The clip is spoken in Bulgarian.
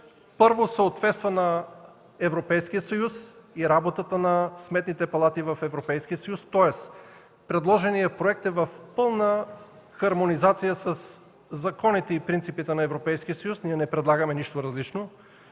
на изискванията на Европейския съюз и работата на сметните палати в Европейския съюз, тоест предложеният проект е в пълна хармония със законите и принципите на Европейския съюз – ние не предлагаме нищо различно;